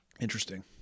Interesting